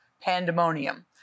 pandemonium